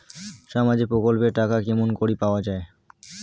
সামাজিক প্রকল্পের টাকা কেমন করি পাওয়া যায়?